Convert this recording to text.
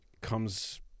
comes